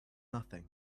nothing